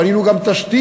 בנינו גם תשתית